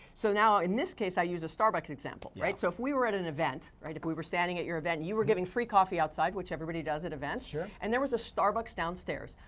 so now in this case i use a starbucks example. yeah. right? so if we were at an event, right, if we were standing at your event, you were giving free coffee outside which everybody does at events. sure. and there was a starbucks downstairs,